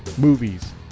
movies